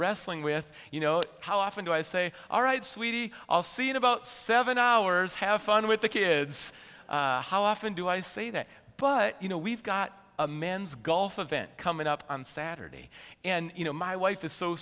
wrestling with you know how often do i say alright sweetie i'll see in about seven hours have fun with the kids how often do i say that but you know we've got a men's golf event coming up on saturday and you know my wife is so